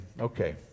okay